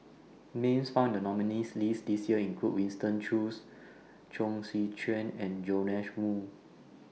Names found in The nominees' list This Year include Winston Choos Chong Tze Chien and Joash Moo